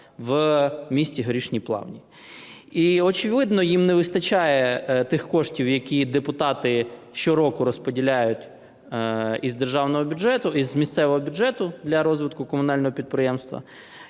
в місті Горішні Плавні. І, очевидно, їм не вистачає тих коштів, які депутати щороку розподіляють з місцевого бюджету для розвитку комунального підприємства,